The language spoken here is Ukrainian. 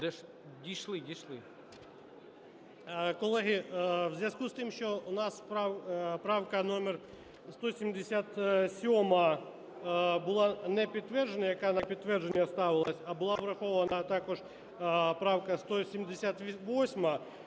Колеги, у зв'язку з тим, що у нас правка номер 177 була не підтверджена, яка на підтвердження ставилась, а була врахована також правка 178,